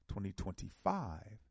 2025